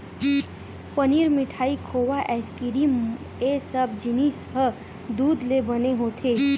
पनीर, मिठाई, खोवा, आइसकिरिम ए सब जिनिस ह दूद ले बने होथे